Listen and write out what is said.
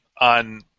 On